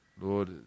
Lord